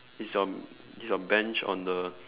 is your is your bench on the